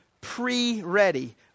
pre-ready